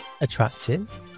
attractive